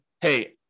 hey